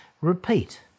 Repeat